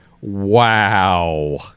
Wow